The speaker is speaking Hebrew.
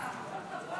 חוק